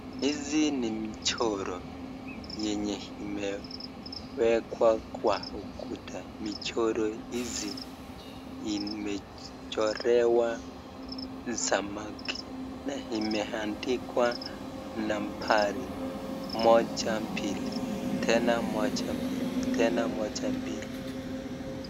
Hizi ni michoro yenye imewekwa kwa ukuta. Michoro hizi zimechorwa za samaki na imeandikwa nambari moja mbili, tena moja mbili, tena moja mbili.